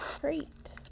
great